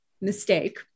mistake